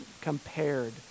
compared